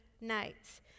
nights